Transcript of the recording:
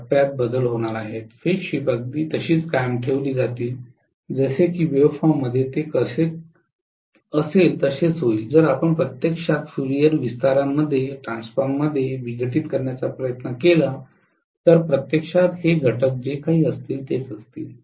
टप्प्यात बदल होणार आहेत फेज शिफ्ट्ज अगदी तशीच कायम ठेवली जातील जसे की वेव्हफॉर्ममध्ये ते कसे असेल तसेच होईल जर आपण प्रत्यक्षात फ्युरीयर विस्तारामध्ये विघटित करण्याचा प्रयत्न केला तर प्रत्यक्षात हे घटक जे काही असतील तेच असतील